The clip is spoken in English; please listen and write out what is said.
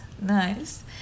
Nice